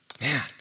Man